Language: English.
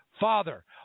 Father